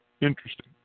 Interesting